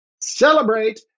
celebrate